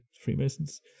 Freemasons